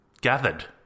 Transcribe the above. gathered